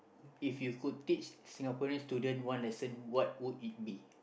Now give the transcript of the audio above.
if you could teach Singaporean student one lesson what would it be